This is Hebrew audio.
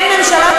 היושב-ראש.